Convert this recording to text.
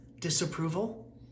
disapproval